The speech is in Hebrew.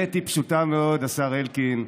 האמת היא פשוטה מאוד, השר אלקין,